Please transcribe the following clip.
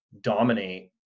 dominate